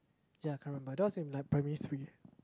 ya can't remember that was in like primary three